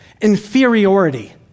Inferiority